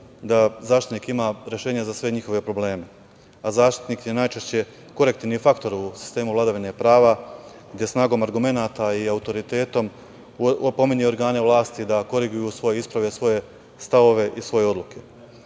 da Zaštitnik ima rešenje za sve njihove probleme.Zaštitnik je najčešće korektivni faktor u sistemu vladavine prava, gde snagom argumenata i autoritetom opominje organe vlasti da koriguju svoje isprave, svoje stavove i svoje